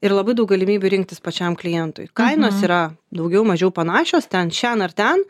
ir labai daug galimybių rinktis pačiam klientui kainos yra daugiau mažiau panašios ten šen ar ten